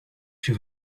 she